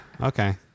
Okay